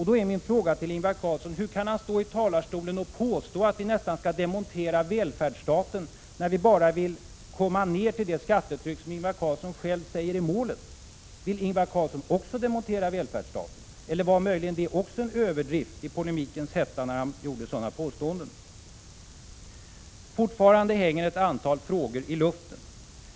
Därför blir min fråga till Ingvar Carlsson hur han kan stå i talarstolen och påstå att vi nästan skall demontera välfärdsstaten, när vi bara vill komma ner till det skattetryck som Ingvar Carlsson själv anser vara målet. Vill Ingvar Carlsson också demontera välfärdsstaten, eller var möjligen också detta påstående en överdrift i polemikens hetta? Fortfarande hänger ett antal frågor i luften.